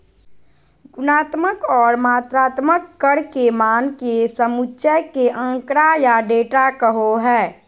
गुणात्मक और मात्रात्मक कर के मान के समुच्चय के आँकड़ा या डेटा कहो हइ